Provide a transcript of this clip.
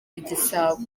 igisabo